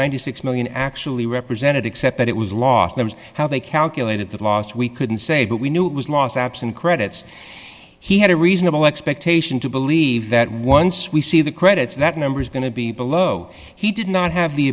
ninety six million actually represented except that it was lost there was how they calculated that last we couldn't say but we knew it was lost absent credits he had a reasonable expectation to believe that once we see the credits that number is going to be below he did not have the